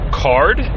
card